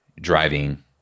driving